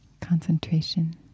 concentration